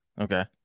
Okay